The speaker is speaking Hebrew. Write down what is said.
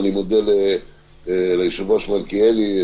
ואני מודה ליושב-ראש מלכיאלי.